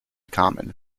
common